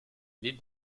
l’île